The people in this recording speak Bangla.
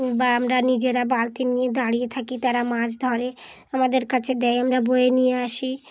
বা আমরা নিজেরা বালতি নিয়ে দাঁড়িয়ে থাকি তারা মাছ ধরে আমাদের কাছে দেয় আমরা বয়ে নিয়ে আসি